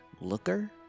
looker